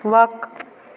وَق